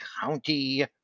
county